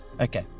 Okay